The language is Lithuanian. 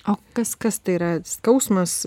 o kas kas tai yra skausmas